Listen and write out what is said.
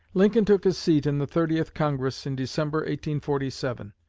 lincoln took his seat in the thirtieth congress in december forty seven,